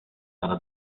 sala